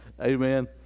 Amen